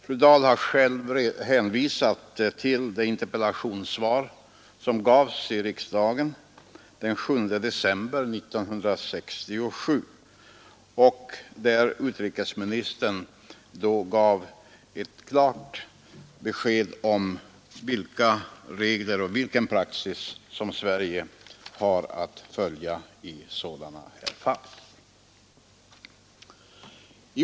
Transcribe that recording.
Fru Dahl har själv hänvisat till de interpellationssvar som lämnades i riksdagen den 7 december 1967 och där utrikesministern gav ett klart besked om vilka regler och vilken praxis som Sverige har att följa i sådana här fall.